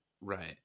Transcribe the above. Right